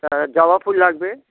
তা জবা ফুল লাগবে